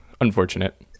unfortunate